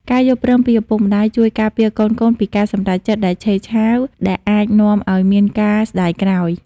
ការយល់ព្រមពីឪពុកម្ដាយជួយការពារកូនៗពីការសម្រេចចិត្តដែលឆេវឆាវ ដែលអាចនាំឱ្យមានការស្ដាយក្រោយ។